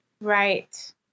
Right